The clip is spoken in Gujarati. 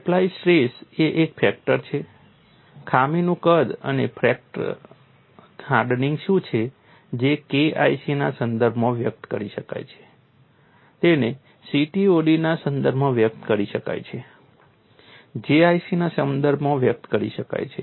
એપ્લાઇડ સ્ટ્રેસ એ એક ફેક્ટર છે ખામીનું કદ અને ફ્રેક્ચર હાર્ડનિંગ શું છે જે K IC ના સંદર્ભમાં વ્યક્ત કરી શકાય છે તેને CTOD ના સંદર્ભમાં વ્યક્ત કરી શકાય છે J IC ના સંદર્ભમાં વ્યક્ત કરી શકાય છે